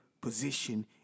position